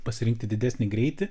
pasirinkti didesnį greitį